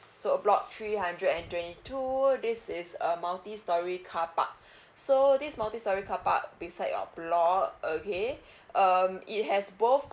so block three hundred and twenty two this is a multi storey car park so this multi storey carpark beside your block okay um it has both